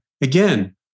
Again